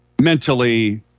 mentally